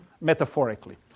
Metaphorically